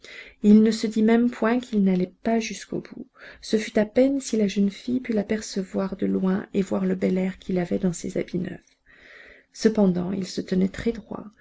il ne se dit même point qu'il n'allait pas jusqu'au bout ce fut à peine si la jeune fille put l'apercevoir de loin et voir le bel air qu'il avait dans ses habits neufs cependant il se tenait très droit